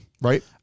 Right